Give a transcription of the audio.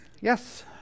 Yes